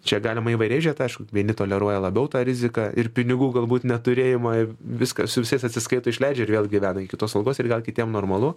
čia galima įvairiai žiūrėt aišku vieni toleruoja labiau tą riziką ir pinigų galbūt neturėjimą viskas su visais atsiskaito išleidžia ir vėl gyvena iki tos algos ir gal kitiem normalu